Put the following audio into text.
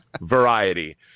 Variety